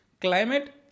Climate